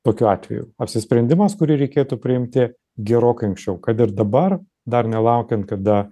tokiu atveju apsisprendimas kurį reikėtų priimti gerokai anksčiau kad ir dabar dar nelaukiant kada